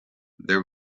there